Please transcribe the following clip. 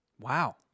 Wow